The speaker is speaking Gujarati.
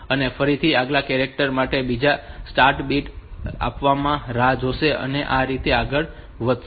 અને ફરીથી આગલા કેરેક્ટર માટે તે બીજા સ્ટાર્ટ બીટ આવવાની રાહ જોશે અને તે આ રીતે આગળ વધશે